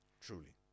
Truly